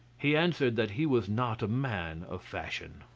he answered that he was not a man of fashion.